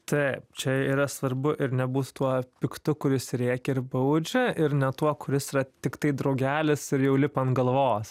taip čia yra svarbu ir nebus tuo piktu kuris rėkia ir baudžia ir ne tuo kuris yra tiktai draugelis ir jau lipa ant galvos